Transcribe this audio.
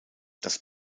das